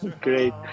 Great